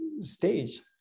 stage